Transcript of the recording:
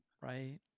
Right